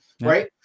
Right